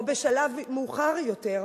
או בשלב מאוחר יותר,